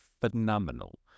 phenomenal